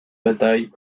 batailles